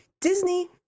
Disney